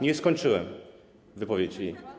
Nie skończyłem wypowiedzi.